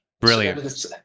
brilliant